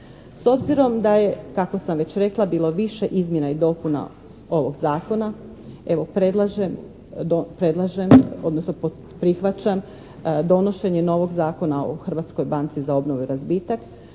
S obzirom da je, kako sam već rekla, bilo više izmjena i dopuna ovog Zakona evo predlažem, odnosno prihvaćam donošenje novog zakona o Hrvatskog banci za obnovu i razvitak